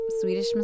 Swedish